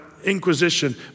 Inquisition